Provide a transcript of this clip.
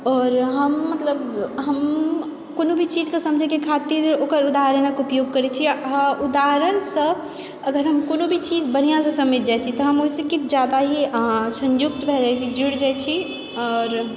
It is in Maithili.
आओर हम मतलब हम कोनो भी चीजके समझयके खातिर ओकर उदाहरणक उपयोग करय छी आओर उदहारणसँ अगर हम कोनो भी चीज बढ़िआँसँ समझि जाइ छी तऽ हम ओहिसँ किछु ज्यादा ही संयुक्त भऽ जाइत छी जुड़ि जाइत छी आओर